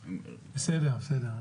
בסדר, בסדר.